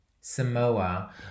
Samoa